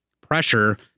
pressure